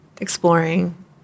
exploring